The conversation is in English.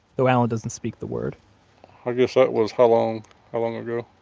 though allen doesn't speak the word i guess that was how long how long ago?